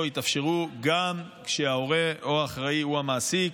יתאפשרו גם כשההורה או אחראי הוא המעסיק,